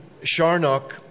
Sharnock